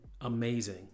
amazing